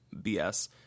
BS